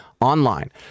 online